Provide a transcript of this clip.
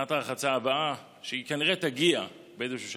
עונת הרחצה הבאה, שכנראה תגיע באיזשהו שלב?